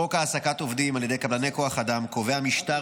חוק העסקת עובדים על ידי קבלני כוח אדם קובע משטר